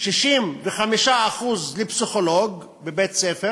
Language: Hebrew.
65% לפסיכולוג בבית-ספר